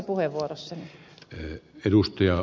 jatkan seuraavassa puheenvuorossani